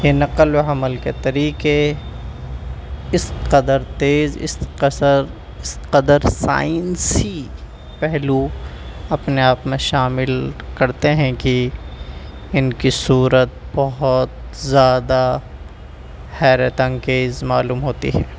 کہ نقل و حمل کے طریقے اس قدر تیز اس قسر اس قدر سائنسی پہلو اپنے آپ میں شامل کرتے ہیں کہ ان کی صورت بہت زیادہ حیرت انگیز معلوم ہوتی ہے